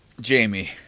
Jamie